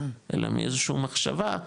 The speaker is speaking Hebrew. אלא מאיזשהו מחשבה,